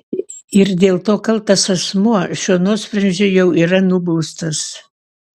ir dėl to kaltas asmuo šiuo nuosprendžiu jau yra nubaustas